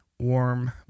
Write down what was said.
warm